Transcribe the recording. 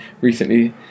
recently